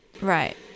Right